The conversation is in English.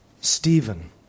Stephen